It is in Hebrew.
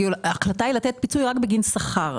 ההחלטה היא לתת פיצוי רק בגין שכר,